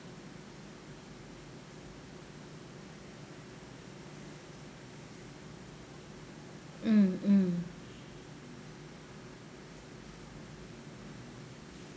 mm mm